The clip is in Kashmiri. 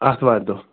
آتھوارِ دۄہ